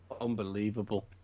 Unbelievable